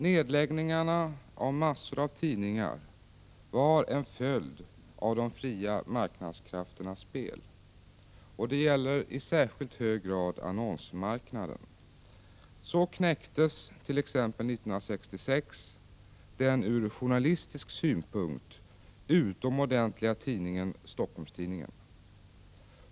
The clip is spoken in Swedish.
Nedläggningarna av massor av tidningar var en följd av de fria marknadskrafternas spel. Det gäller särskilt hög grad annonsmarknaden. Så knäcktes t.ex. 1966 den ur journalistisk synpunkt utomordentliga tidningen Helsingforss-Tidningen.